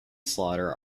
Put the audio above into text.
slaughter